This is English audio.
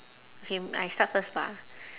okay m~ I start first bah